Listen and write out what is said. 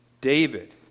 David